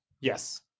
Yes